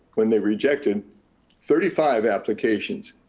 when they rejected thirty five applications.